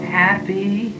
happy